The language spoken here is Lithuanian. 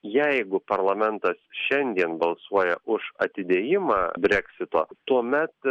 jeigu parlamentas šiandien balsuoja už atidėjimą breksito tuomet